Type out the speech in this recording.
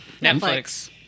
netflix